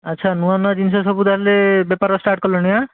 ଆଛା ନୂଆ ନୂଆ ଜିନିଷ ସବୁ ତାହେଲେ ବେପାର ଷ୍ଟାର୍ଟ କଲଣି ଆଁ